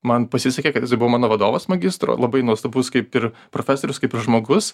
man pasisekė kad jisai buvo mano vadovas magistro labai nuostabus kaip ir profesorius kaip ir žmogus